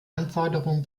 anforderungen